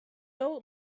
old